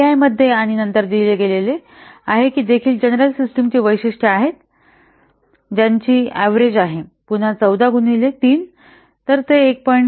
TDI मध्ये आणि नंतर दिले गेले आहे की हे देखील जनरल सिस्टिम ची वैशिष्ट्ये आहेत ज्याची त्यांची ऍव्हरेज आहे पुन्हा 14 गुणिले 3 तर ते 1